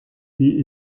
wie